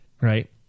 right